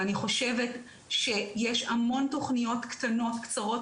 אני חושבת שיש המון תוכניות קטנות קצרות